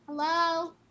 Hello